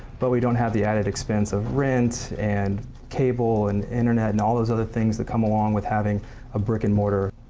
but we don't have the added expense of rent and cable and internet and all those other things that come along with having a brick and mortar.